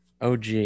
OG